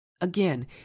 Again